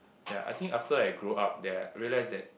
yea I think after I grow up that I realise that